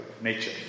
nature